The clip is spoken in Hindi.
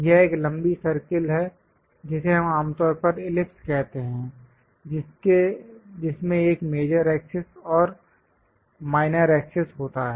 यह एक लम्बी सर्कल है जिसे हम आमतौर पर इलिप्स कहते हैं जिसमें एक मेजर एक्सेस और माइनर एक्सेस होता है